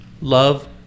love